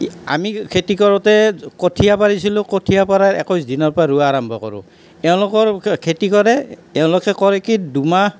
আমি খেতি কৰোঁতে কঠিয়া পাৰিছিলোঁ কঠিয়া পৰাৰ একৈছ দিনৰ পৰা ৰুৱা আৰম্ভ কৰোঁ তেওঁলোকৰ খেতি কৰে তেওঁলোকে কৰে কি দুমাহ